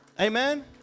Amen